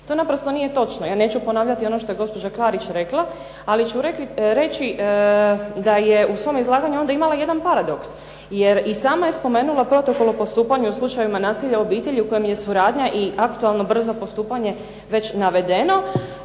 To naprosto nije točno. Ja neću ponavljati ono što je gospođa Klarić rekla, ali ću reći da je u svom izlaganju onda imala jedan paradoks jer i sama je spomenula protokol o postupanju u slučajevima nasilja u obitelji u kojem je suradnja i aktualno brzo postupanje već navedeno,